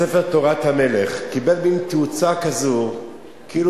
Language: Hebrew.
הספר "תורת המלך" קיבל מעין תאוצה כזאת כאילו